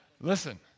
listen